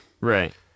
right